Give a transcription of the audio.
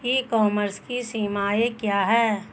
ई commerce की सीमाएं क्या हैं?